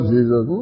Jesus